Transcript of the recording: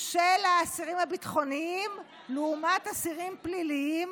של האסירים הביטחוניים לעומת אסירים פליליים,